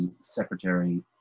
Secretary